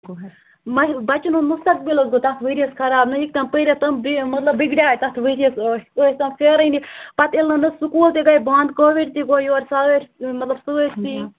بَچن ہُنٛد مُستقبِل حظ گوٚو تَتھ ؤریَس خَراب نہ ہیٚکۍ تِم پٔرِتھ تِم بیٚیہِ مطلب بِگڑے تَتھ ؤریَس ٲسۍ ٲسۍ تَتھ پھیرٲنِی پتہٕ ییٚلہِ نہٕ نہٕ سکوٗل تہِ گٔے بنٛد کووِڈ تہِ گوٚو یورٕ سٲرۍ مطلب سٲرۍسی